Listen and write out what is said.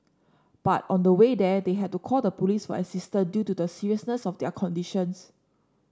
but on the way there they had to call the police for assistance due to the seriousness of their conditions